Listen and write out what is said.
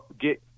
get